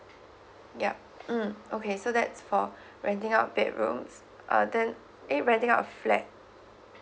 yup mm okay so that's for renting out bedrooms uh then !eh! renting out a flat